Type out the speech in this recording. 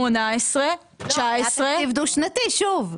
18', 19'. היה תקציב דו שנתי, שוב.